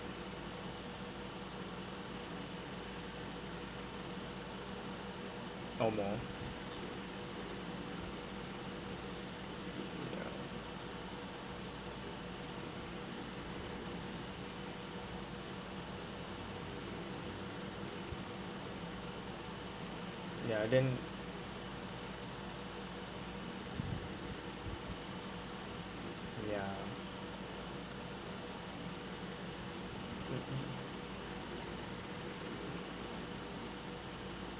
ya then ya mm